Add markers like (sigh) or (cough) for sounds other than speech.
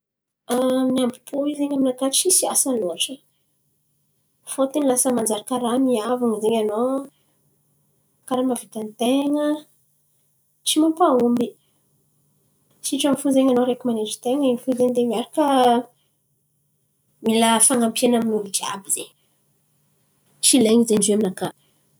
(hesitation) Ambom-pô io zen̈y aminakà tsisy asa loatra. Fôtony manjary karà miavon̈o zen̈y anao. Karà mahavita tain̈a. Tsy mampahomby. Sitrany fo zen̈y anao araiky manetry tain̈a in̈y fo zen̈y. De miaraka mila fan̈ampian̈a amin'olo jiàby zen̈y. Tsy ilain̈y zen̈y izy io aminaka.